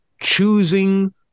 choosing